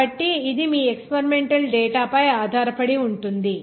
కాబట్టి అది మీ ఎక్స్పెరిమెంటల్ డేటా పై ఆధారపడి ఉంటుంది